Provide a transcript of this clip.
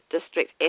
District